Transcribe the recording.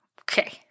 Okay